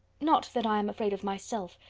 not that i am afraid of myself,